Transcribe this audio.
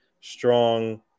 strong